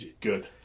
Good